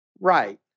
right